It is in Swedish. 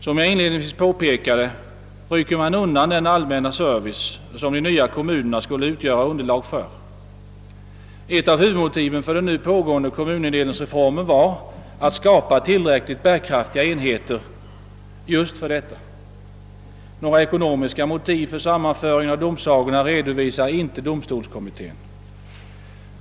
Som jag inledningsvis påpekade rycker man undan den allmänna service som de nya kommunerna skulle utgöra underlag för. Ett av huvudmotiven för den nu pågående kommunindelningsreformen var att man skulle skapa tillräckligt bärkraftiga enheter just för detta. Några ekonomiska motiv för sammanföring av domsagorna redovisade inte domstolskommittén.